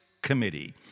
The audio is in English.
Committee